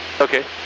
Okay